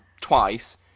twice